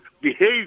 behave